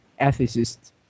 ethicist